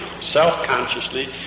self-consciously